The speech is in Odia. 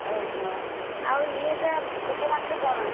ଓହୋ ଆଉ ଇଏ ଛୋଟ ମାଛ କଣ ଅଛି